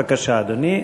בבקשה, אדוני.